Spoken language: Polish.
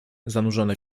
zanurzone